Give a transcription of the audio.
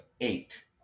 eight